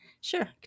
Sure